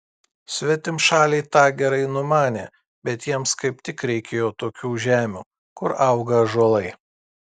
svetimšaliai tą gerai numanė bet jiems kaip tik reikėjo tokių žemių kur auga ąžuolai